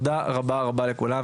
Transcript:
תודה רבה לכולם.